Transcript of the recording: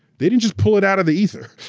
they didn't just pull it out of the ether,